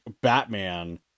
Batman